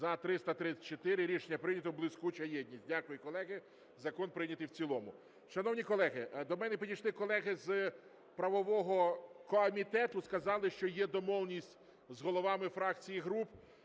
За-334 Рішення прийнято. Блискуча єдність. Дякую, колеги. Закон прийнятий в цілому. Шановні колеги, до мене підійшли колеги з правового комітету, сказали, що є домовленість з головами фракцій і груп,